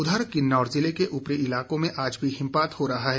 उधर किन्नौर जिले के ऊपरी इलाकों में आज भी हिमपात हो रहा है